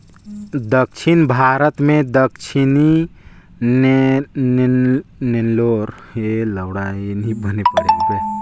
दक्खिन भारत में दक्कनी, नेल्लौर, मांडय अउ बांडुल नसल कर भेंड़ी कर पालन बगरा करल जाथे